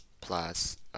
plus